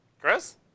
Chris